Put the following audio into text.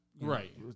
right